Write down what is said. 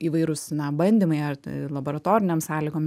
įvairūs na bandymai ar laboratorinėm sąlygom